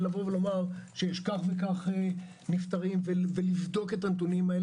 ולומר שיש כך וכך נפטרים ולבדוק את הנתונים.